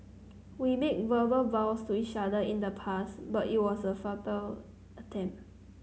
we made verbal vows to each other in the past but it was a futile attempt